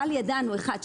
אבל ידענו אחת,